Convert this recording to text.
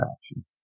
action